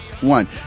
one